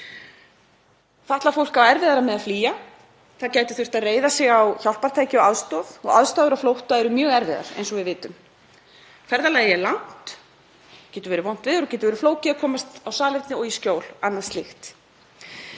Fatlað fólk á erfiðara með að flýja. Það gæti þurft að reiða sig á hjálpartæki og aðstoð og aðstæður á flótta eru mjög erfiðar eins og við vitum. Ferðalagið er langt, það getur verið vont veður og það getur verið flókið að komast á salerni og í skjól og annað slíkt.